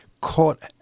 caught